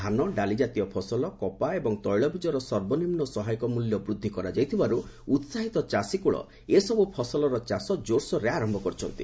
ଧାନ ଡାଲିଜାତୀୟ ଫସଲ କପା ଏବଂ ତୈଳବୀଜର ସର୍ବନିମ୍ନ ସହାୟକ ମୂଲ୍ୟ ବୃଦ୍ଧି କରାଯାଇଥିବାରୁ ଉତ୍ସାହିତ ଚାଷୀକୁଳ ଏ ସବୁ ଫସଲର ଚାଷ ଜୋରସୋର୍ ଆରମ୍ଭ କରିଛନ୍ତି